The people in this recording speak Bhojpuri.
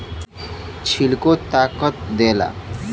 छिलको ताकत देला